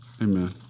amen